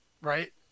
right